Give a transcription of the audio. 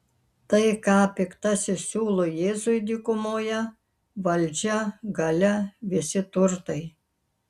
tai ką piktasis siūlo jėzui dykumoje valdžia galia visi turtai